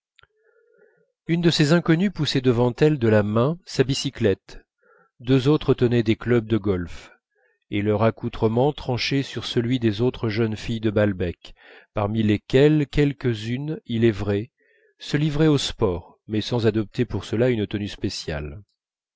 une de ces inconnues poussait devant elle de la main sa bicyclette deux autres tenaient des clubs de golf et leur accoutrement tranchait sur celui des autres jeunes filles de balbec parmi lesquelles quelques-unes il est vrai se livraient aux sports mais sans adopter pour cela une tenue spéciale